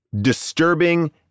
disturbing